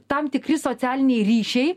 tam tikri socialiniai ryšiai